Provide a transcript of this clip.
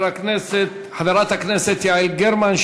חברת הכנסת יעל גרמן,